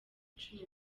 icumi